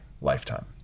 lifetime